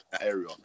area